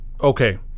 okay